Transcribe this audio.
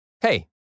Hey